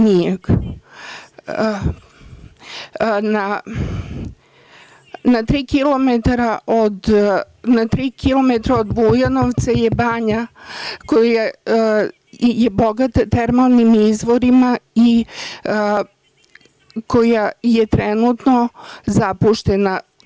Na tri kilometra od Bujanovca je banja koja je bogata termalnim izvorima i koja je trenutno zapuštena.